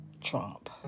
Trump